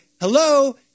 hello